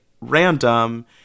random